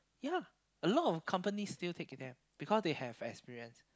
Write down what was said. ya a lot of company still take it in them because they have experience